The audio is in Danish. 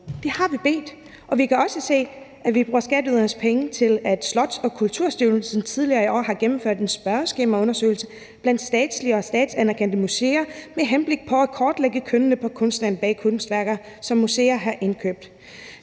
det har vi, og vi kan også se, at vi bruger skatteydernes penge til, at Slots- og Kulturstyrelsen tidligere i år har gennemført en spørgeskemaundersøgelse blandt statslige og statsanerkendte museer med henblik på at kortlægge kønnet på kunstneren bag kunstværker, som museer har indkøbt.